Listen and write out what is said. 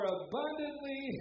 abundantly